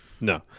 no